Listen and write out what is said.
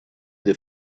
the